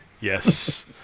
Yes